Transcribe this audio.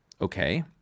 Okay